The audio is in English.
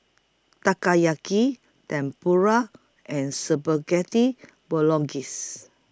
Takoyaki Tempura and Spaghetti Bolognese